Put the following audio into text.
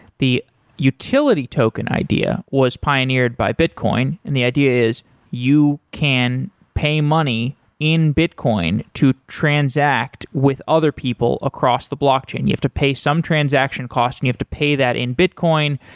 the utility token idea was pioneered by bitcoin and the idea is you can pay money in bitcoin to transact with other people across the blockchain. you have to pay some transaction cost and you have to pay that in bitcoin,